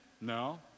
No